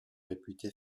réputé